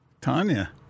Tanya